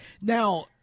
Now